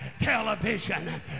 television